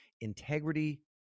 integrity